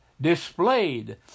displayed